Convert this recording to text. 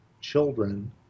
children